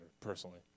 personally